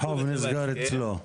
והחוב נסגר אצלו.